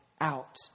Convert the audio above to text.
out